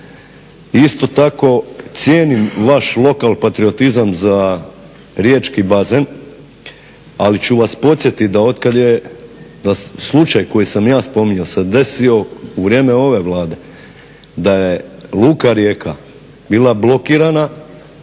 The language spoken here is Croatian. isto tako cijenim vaš lokalpatriotizam za riječki bazen, ali ću vas podsjetiti da otkad je, na slučaj koji sam ja spominjao, se desio u vrijeme ove Vlade, da je Luka Rijeka bila blokirana,